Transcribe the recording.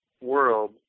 world